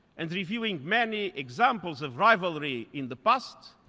and reviewing many examples of rivalry in the past,